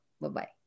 bye-bye